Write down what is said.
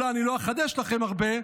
אולי אני לא אחדש לכם הרבה,